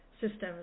systems